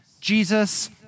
Jesus